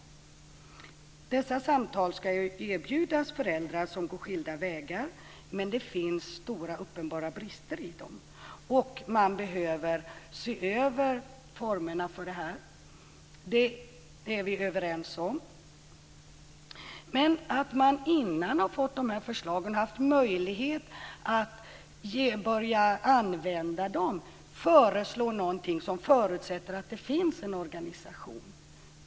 Dessa samtal ska erbjudas föräldrar som går skilda vägar, men det finns stora uppenbara brister i dem. Man behöver se över formerna för de samtalen. Det är vi överens om. Men innan man har fått fram förslagen och har haft möjlighet att börja använda dem föreslår regeringen någonting som förutsätter att det finns en organisation.